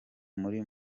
muri